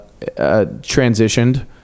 transitioned